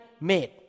made